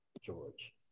George